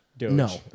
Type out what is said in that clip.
No